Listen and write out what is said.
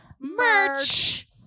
merch